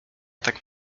tak